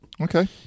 Okay